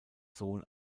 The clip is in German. sohn